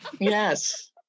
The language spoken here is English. Yes